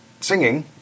singing